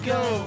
go